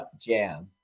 Jam